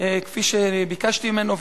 כפי שביקשתי ממנו,